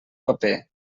paper